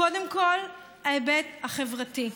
קודם כול, ההיבט החברתי.